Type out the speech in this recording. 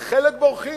כי חלק בורחים.